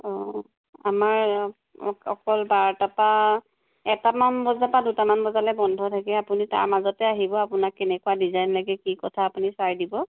অ আমাৰ অকল বাৰটাৰ পৰা এটা মান বজাৰ পৰা দুটামান বজালৈ বন্ধ থাকে আপুনি তাৰ মাজতে আহিব আপোনাক কেনেকুৱা ডিজাইন লাগে কি কথা আপুনি চাই দিব